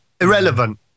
irrelevant